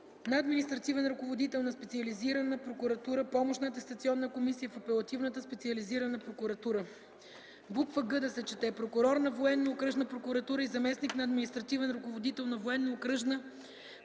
административен ръководител на специализирана прокуратура –помощна атестационна комисия в апелативната специализирана прокуратура; г) прокурор от военно-окръжна прокуратура и заместник на административен ръководител на военно-окръжна прокуратура